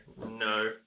No